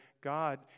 God